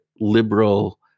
liberal